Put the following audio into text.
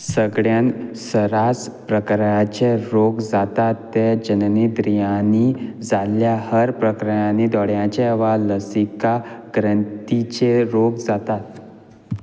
सगळ्यांत सरास प्रक्रराचे रोग जातात ते जनन इद्रियांनी जाल्ल्या हेर प्रक्रारांनी दोळ्यांचे वा लसिका ग्रंथीचे रोग जातात